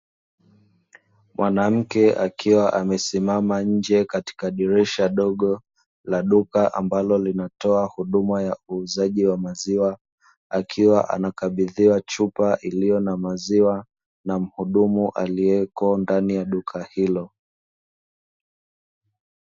Mwanamke akiwa amesimama nje katika dirisha dogo la duka ambalo linatoa huduma ya uuzaji wa maziwa, akiwa anakabidhiwa chupa ilio na maziwa na mhudumu alieko ndani ya duka hilo.